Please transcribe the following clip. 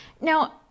Now